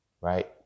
Right